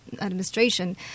administration